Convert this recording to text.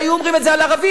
שהיו אומרים את זה על ערבים,